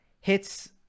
hits